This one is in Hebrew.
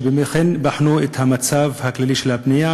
שאכן בחנו את המצב הכללי של הבנייה